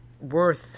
worth